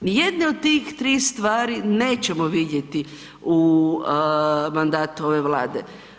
Nijedne od tih tri stvari nećemo vidjeti u mandatu ove Vlade.